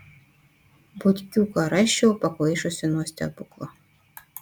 butkiuką rasčiau pakvaišusį nuo stebuklo